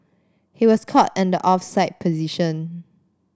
he was caught in the offside position